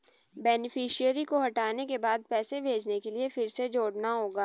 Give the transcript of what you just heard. beneficiary को हटाने के बाद पैसे भेजने के लिए फिर से जोड़ना होगा